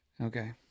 okay